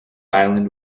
island